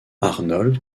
arnold